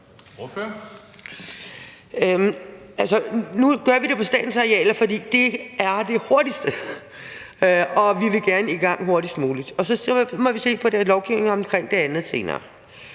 Nu gør vi det på statens arealer, fordi det er det hurtigste, og vi vil gerne i gang hurtigst muligt. Så må vi se på lovgivningen om det andet senere.